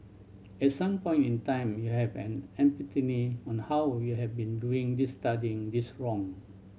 at some point in time you have an epiphany on how you have been doing this studying this wrong